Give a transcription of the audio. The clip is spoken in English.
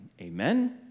Amen